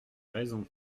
raison